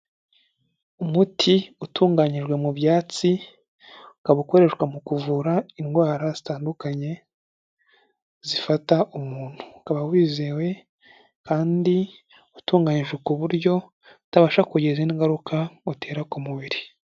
Umuti utunganyijwe mu byatsi ukaba ukoreshwa mu kuvura indwara zitandukanye zifata umuntu ukaba wizewe kandi utunganyijwe ku buryo utabasha kugira ingaruka utera ku mubiri.